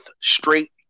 straight